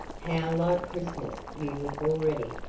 how like christmas you look already!